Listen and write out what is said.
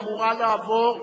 היא אמורה לעבור,